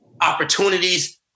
Opportunities